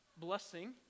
blessing